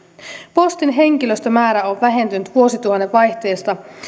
postin henkilöstömäärä on vähentynyt vuosituhannen vaihteesta